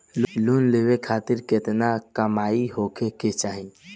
Loan लेवे खातिर केतना कमाई होखे के चाही?